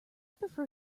prefer